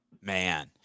Man